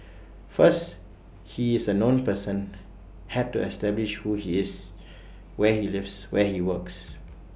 first he is A known person had to establish who he is where he lives where he works